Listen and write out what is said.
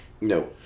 No